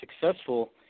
successful –